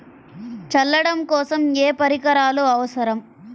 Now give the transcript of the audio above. చల్లడం కోసం ఏ పరికరాలు అవసరం?